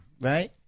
right